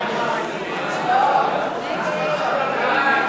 משרד הרווחה (משרד הרווחה,